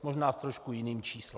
Možná s trošku jiným číslem.